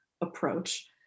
approach